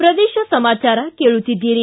ಪ್ರದೇಶ ಸಮಾಚಾರ ಕೇಳುತ್ತಿದ್ದೀರಿ